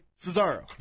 Cesaro